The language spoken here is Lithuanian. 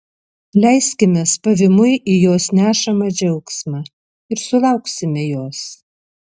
leiskimės pavymui į jos nešamą džiaugsmą ir sulauksime jos